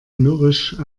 mürrisch